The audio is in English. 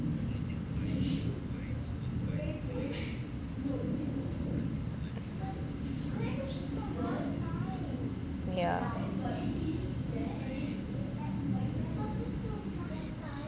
yeah